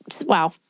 Wow